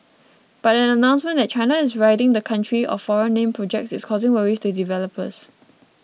but an announcement that China is ridding the country of foreign name projects is causing worries to developers